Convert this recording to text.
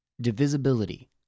Divisibility